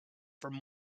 from